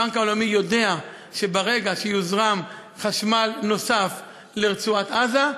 הבנק העולמי יודע שברגע שיוזרם חשמל נוסף לרצועת-עזה,